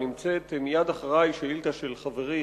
ונמצאת מייד אחרי שאילתא של חברי,